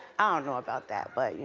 ah know about that, but, you